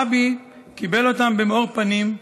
הרבי קיבל אותם במאור פנים,